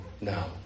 now